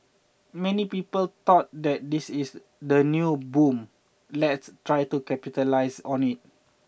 many people thought that this is the new boom let's try to capitalise on it